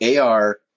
AR